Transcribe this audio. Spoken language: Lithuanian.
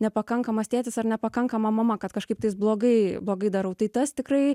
nepakankamas tėtis ar nepakankama mama kad kažkaip tais blogai blogai darau tai tas tikrai